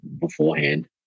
beforehand